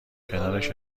کنارش